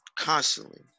Constantly